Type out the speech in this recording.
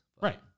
Right